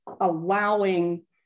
allowing